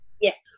Yes